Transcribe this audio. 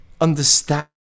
understand